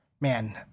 Man